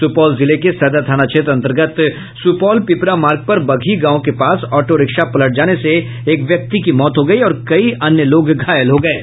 सुपौल जिले के सदर थाना क्षेत्र अंतर्गत सुपौल पिपरा मार्ग पर बगही गांव के पास ऑटोरिक्शा पलट जाने से एक व्यक्ति की मौत हो गयी और कई अन्य लोग घायल हो गये